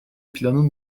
planın